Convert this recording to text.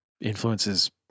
influences